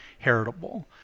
heritable